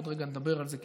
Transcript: ועוד רגע נדבר על זה,